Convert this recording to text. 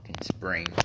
spring